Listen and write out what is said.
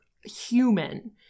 human